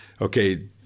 okay